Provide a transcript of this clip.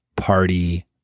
party